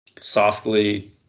softly